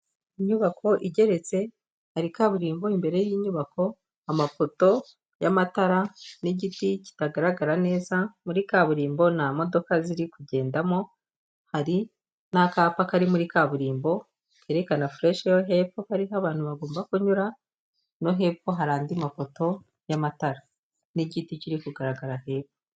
Inyubako igeretse, hari kaburimbo imbere y'inyubako, amapoto y'amatara n'igiti kitagaragara neza, muri kaburimbo nta modoka ziri kugendamo, hari n'akapa kari muri kaburimbo kerekana fureshi yo hepfo ko ariho abantu bagomba kunyura no hepfo hari andi mapoto y'amatara n'igiti kiri kugaragara hepfo.